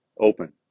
open